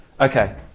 okay